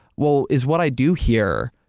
well is what i do here,